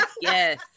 Yes